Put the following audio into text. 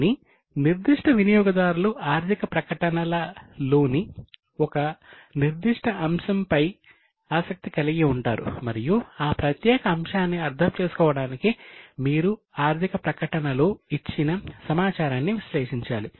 కానీ నిర్దిష్ట వినియోగదారులు ఆర్ధిక ప్రకటనలోని ఒక నిర్దిష్ట అంశం పై ఆసక్తి కలిగి ఉంటారు మరియు ఆ ప్రత్యేక అంశాన్ని అర్థం చేసుకోవడానికి మీరు ఆర్ధిక ప్రకటనలో ఇచ్చిన సమాచారాన్ని విశ్లేషించాలి